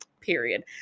period